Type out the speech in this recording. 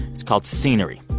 it's called scenery.